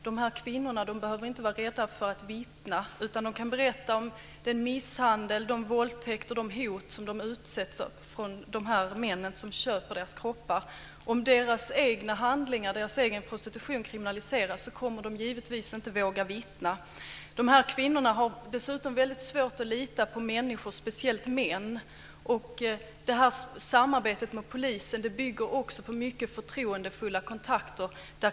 Dessa kvinnor behöver inte vara rädda för att vittna, utan de kan berätta om den misshandel, de våldtäkter och de hot de utsätts för från de män som köper deras kroppar. Om deras egna handlingar - prostitutionen - kriminaliseras kommer de givetvis inte att våga vittna. Dessa kvinnor har dessutom väldigt svårt att lita på människor - speciellt män. Samarbetet med polisen bygger på kontakter baserade på förtroende.